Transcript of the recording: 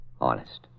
Honest